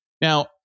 Now